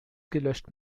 gelöscht